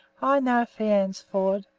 i know fyans ford.